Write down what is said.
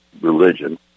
religion